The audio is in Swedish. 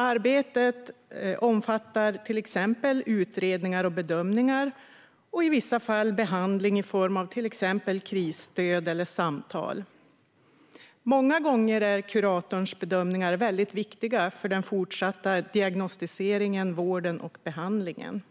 Arbetet omfattar bland annat utredningar och bedömningar och i vissa fall behandling i form av exempelvis krisstöd eller samtal. Många gånger är kuratorns bedömningar viktiga för den fortsatta diagnostiseringen, vården och behandlingen.